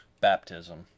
baptism